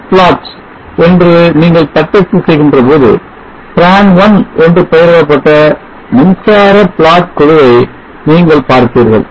'set plot' என்று நீங்கள் தட்டச்சு செய்கின்ற போது tran1 என்று பெயரிடப்பட்ட மின்சார plot குழுவை நீங்கள் பார்ப்பீர்கள்